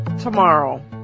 tomorrow